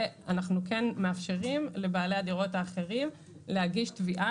ואנחנו כן מאפשרים לבעלי הדירות האחרים להגיש תביעה.